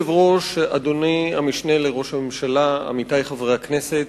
הואיל ואתה מנאמני הבית,